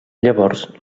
llavors